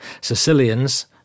Sicilians